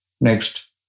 Next